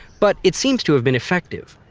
but it seems to have been effective.